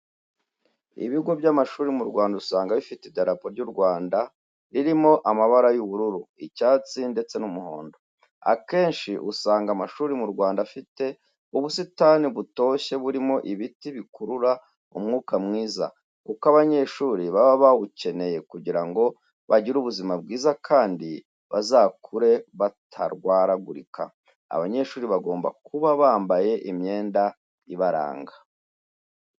Ibigo by'amashuri mu Rwanda usanga bifite idarapo ry'u Rwanda ririmo amabara y'ubururu, icyatsi, ndetse n'umuhondo. Akenshi usanga amashuri mu Rwanda afite ubusitani butoshye burimo ibiti bikurura umwuka mwiza kuko abanyeshuri baba bawukeneye kugira ngo bagire ubuzima bwiza kandi bazakure batarwaragurika. Abanyeshuri bagomba kuba bampaye imyenda ibaranga.